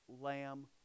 lamb